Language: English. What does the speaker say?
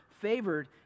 favored